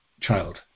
child